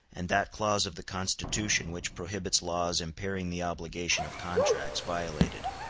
and that clause of the constitution which prohibits laws impairing the obligation of contracts violated.